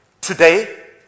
today